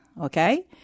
okay